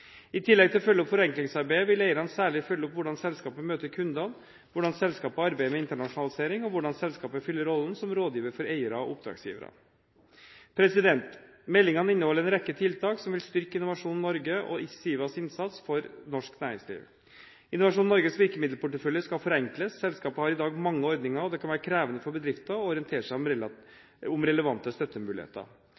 I tillegg til å følge opp forenklingsarbeidet, vil eierne særlige følge opp hvordan selskapet møter kundene, hvordan selskapet arbeider med internasjonalisering og hvordan selskapet fyller rollen som rådgiver for eiere og oppdragsgivere. Meldingen inneholder en rekke tiltak som vil styrke Innovasjon Norges og SIVAs innsats for norsk næringsliv. Innovasjon Norges virkemiddelportefølje skal forenkles. Selskapet har i dag mange ordninger, og det kan være krevende for bedrifter å orientere seg om